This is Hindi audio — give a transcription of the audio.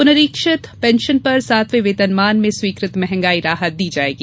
पुनरीक्षित पेंशन पर सातवे वेतनमान में स्वीकृत मंहगाई राहत दी जायेगी